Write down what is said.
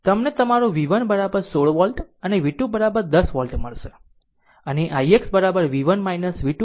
તમને તમારું v1 16 volt અને v2 10 વોલ્ટ મળશે અને ix v1 v2 ભાગ્યા 5